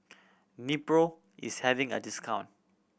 Nepro is having a discount